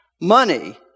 money